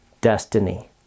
destiny